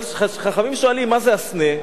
חכמים שואלים מה זה הסנה.